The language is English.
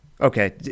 Okay